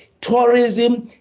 tourism